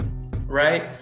right